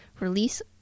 Release